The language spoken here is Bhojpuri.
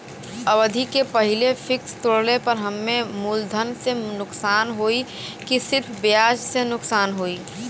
अवधि के पहिले फिक्स तोड़ले पर हम्मे मुलधन से नुकसान होयी की सिर्फ ब्याज से नुकसान होयी?